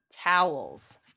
towels